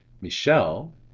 Michelle